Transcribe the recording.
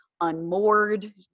unmoored